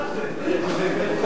זה נשמע כמו איום.